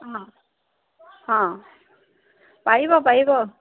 অঁ অঁ পাৰিব পাৰিব